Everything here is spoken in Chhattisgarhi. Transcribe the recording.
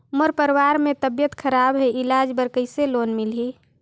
मोर परवार मे तबियत खराब हे इलाज बर कइसे लोन मिलही?